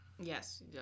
Yes